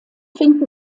finden